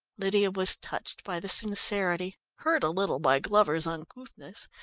lydia was touched by the sincerity, hurt a little by glover's uncouthness,